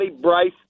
Bryce